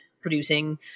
producing